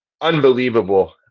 unbelievable